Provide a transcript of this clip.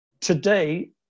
Today